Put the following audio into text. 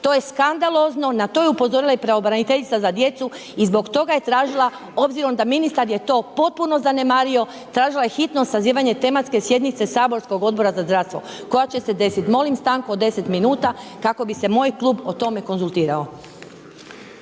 To je skandalozno, na to je upozorila i pravobraniteljica za djecu i zbog toga je tražila obzirom da ministar je to potpuno zanemario, tražila je hitno sazivanje tematske sjednice saborskog Odbora za zdravstvo koja će se desiti, molim stanku od 10 minuta kako bi se moj klub o tome konzultirao.